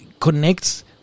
connects